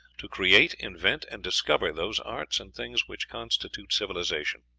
to create, invent, and discover those arts and things which constitute civilization.